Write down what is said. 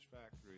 factory